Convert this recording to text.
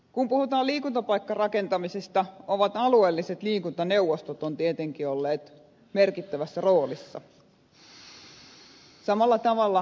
kun puhutaan liikuntapaikkarakentamisesta ovat alueelliset liikuntaneuvostot tietenkin olleet merkittävässä roolissa samalla tavalla kuin taidetoimikunnat